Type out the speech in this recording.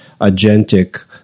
agentic